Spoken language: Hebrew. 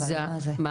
מה?